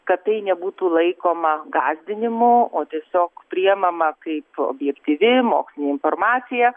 kad tai nebūtų laikoma gąsdinimu o tiesiog priimama kaip objektyvi mokslinė informacija